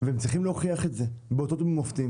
ואת זה הם צריכים להוכיח באותות ובמופתים.